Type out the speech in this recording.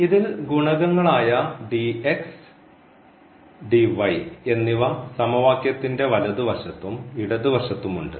ഇതിൽ ഗുണകങ്ങൾ ആയ എന്നിവ സമവാക്യത്തിൻറെ വലതു വശത്തും ഇടതുവശത്തും ഉണ്ട്